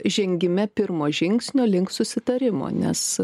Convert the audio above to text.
žengime pirmo žingsnio link susitarimo nes